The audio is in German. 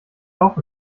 auch